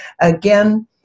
again